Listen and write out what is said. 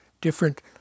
different